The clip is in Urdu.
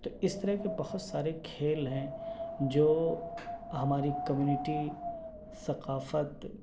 تو اس طرح کے بہت سارے کھیل ہیں جو ہماری کمیونٹی ثقافت